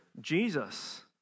Jesus